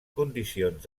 condicions